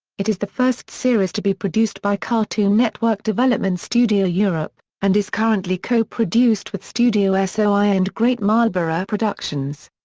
it is the first series to be produced by cartoon network development studio europe, and is currently co-produced with studio ah so soi and great marlborough productions.